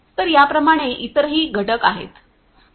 तर याप्रमाणे इतरही घटक आहेत